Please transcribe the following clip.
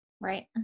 right